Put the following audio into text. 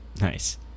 nice